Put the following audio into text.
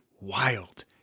wild